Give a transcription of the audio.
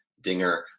dinger